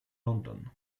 london